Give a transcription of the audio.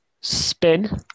spin